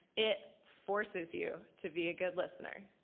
it forces you to be a good listener.